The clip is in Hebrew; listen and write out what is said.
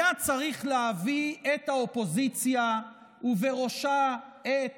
היה צריך להביא את האופוזיציה, ובראשה את